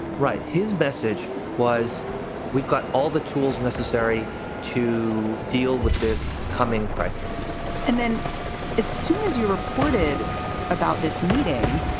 right. his message was we've got all the tools necessary to deal with this coming crisis and then as soon as you reported about this meeting,